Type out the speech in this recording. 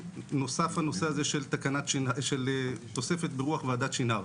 נוסף הנושא של תוספת ברוח ועדת שנהר.